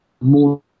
more